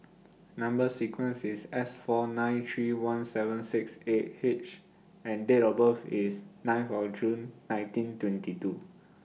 Number sequence IS S four nine three one seven six eight H and Date of birth IS ninth of June nineteen twenty two